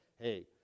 hey